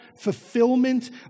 fulfillment